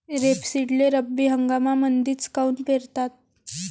रेपसीडले रब्बी हंगामामंदीच काऊन पेरतात?